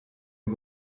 une